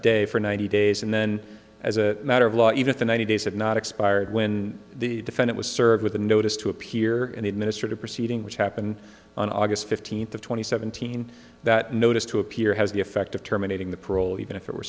day for ninety days and then as a matter of law even the ninety days had not expired when the defend it was served with a notice to appear in the administrative proceeding which happened on august fifteenth the twenty seventeen that notice to appear has the effect of terminating the parole even if it were